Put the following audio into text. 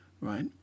right